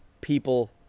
people